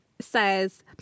says